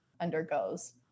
undergoes